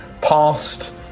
past